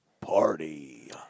party